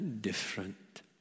different